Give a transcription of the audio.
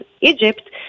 Egypt